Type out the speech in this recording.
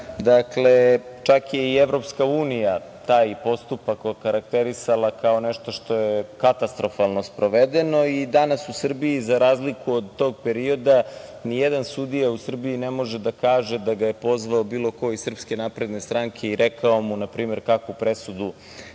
Dakle, čak je i EU taj postupak okarakterisala kao nešto što je katastrofalno sprovedeno. Danas u Srbiji, za razliku od tog perioda, nijedan sudija u Srbiji ne može da kaže da ga je pozvao bilo ko iz SNS i rekao mu, na primer, kakvu presudu